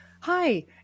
hi